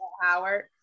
Howard